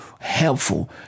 helpful